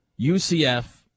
UCF